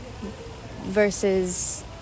versus